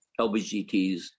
LGBTs